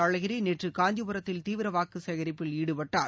அழகிரி நேற்று காஞ்சிபுரத்தில் தீவிர வாக்கு சேகரிப்பில் ஈடுபட்டார்